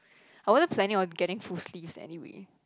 I wasn't planning on getting full sleeves anyway